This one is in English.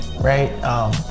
right